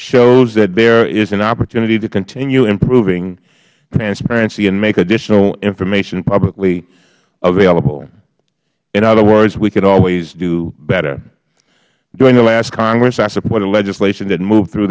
shows that there is an opportunity to continue improving transparency and make additional information publicly available in other words we could always do better during the last congress i supported legislation that moved through